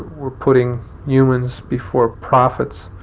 we're putting humans before profits,